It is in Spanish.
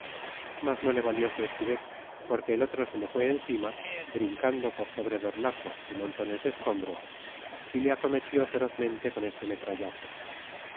mas no le valió su esquivez porque el otro se le fue encima brincando por sobre dornajos y montones de escombros y le acometió ferozmente con este metrallazo